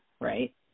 right